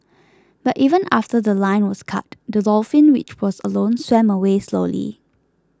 but even after The Line was cut the dolphin which was alone swam away slowly